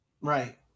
Right